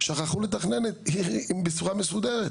שכחו לתכנן את העיר בצורה מסודרת,